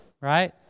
right